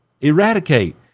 eradicate